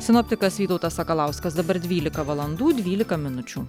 sinoptikas vytautas sakalauskas dabar dvylika valandų dvylika minučių